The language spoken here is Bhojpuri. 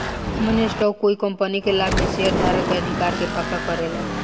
कॉमन स्टॉक कोइ कंपनी के लाभ में शेयरधारक के अधिकार के पक्का करेला